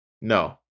no